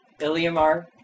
Iliamar